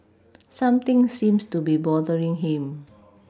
something seems to be bothering him